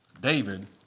David